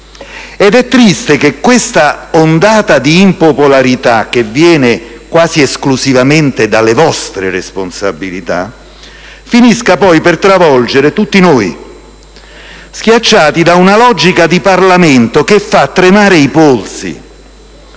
Ed è triste che questa ondata di impopolarità, che viene quasi esclusivamente dalle vostre responsabilità, finisca poi per travolgere tutti noi, schiacciati da una logica di Parlamento che fa tremare i polsi: